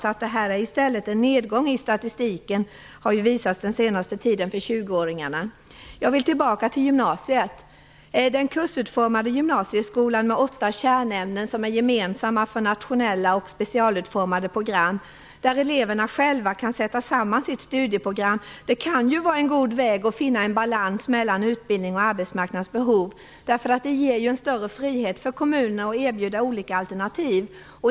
Det har visat sig på den senaste tiden att detta i stället är en nedgång i statistiken för 20-åringarna. Jag vill gå tillbaka till gymnasiet. Den kursutformade gymnasieskolan med åtta kärnämnen som är gemensamma för nationella och specialutformade program där eleverna själva kan sätta samman sitt studieprogram kan ju vara en god väg för att finna en balans mellan utbildning och arbetsmarknadsbehov. Det ger ju en större frihet för kommunerna att erbjuda olika alternativ.